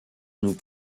nous